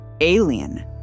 alien